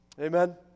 Amen